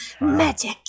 magic